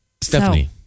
stephanie